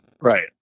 Right